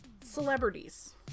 celebrities